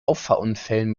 auffahrunfällen